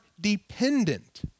dependent